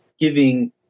giving